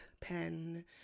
pen